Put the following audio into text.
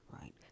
Right